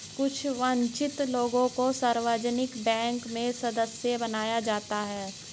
कुछ वन्चित लोगों को सार्वजनिक बैंक में सदस्य बनाया जाता है